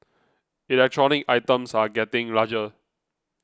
electronic items are getting larger